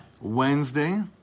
Wednesday